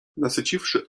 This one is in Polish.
nasyciwszy